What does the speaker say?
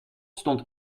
stond